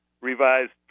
revised